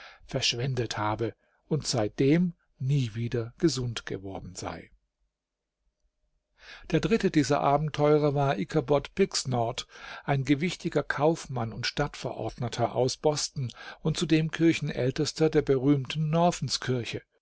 verschwendet habe und seitdem nie wieder gesund geworden sei der dritte dieser abenteurer war ichabod pigsnort ein gewichtiger kaufmann und stadtverordneter aus boston und zudem kirchenältester der berühmten